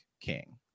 king